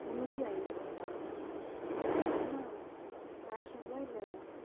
முன்னூற்றி ஐம்பதுங்களா அண்ணா கேஷுங்களா இல்லை